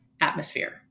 atmosphere